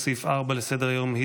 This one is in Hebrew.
התשפ"ג 2023,